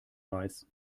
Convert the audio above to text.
weiß